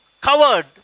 covered